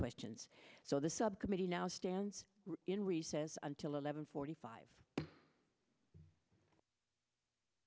questions so the subcommittee now stands in recess until eleven forty five